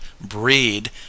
breed